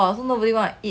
then 我还去 like